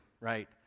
right